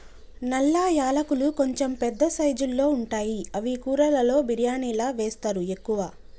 నల్ల యాలకులు కొంచెం పెద్ద సైజుల్లో ఉంటాయి అవి కూరలలో బిర్యానిలా వేస్తరు ఎక్కువ